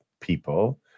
people